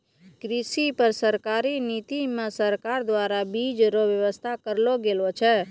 कृषि पर सरकारी नीति मे सरकार द्वारा बीज रो वेवस्था करलो गेलो छै